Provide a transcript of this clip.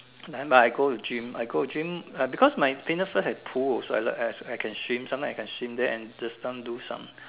nevermind I go to gym I go to gym uh because my fitness first have pool so I I I can swim sometime I can swim there and just some do some